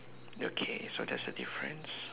okay so there is a difference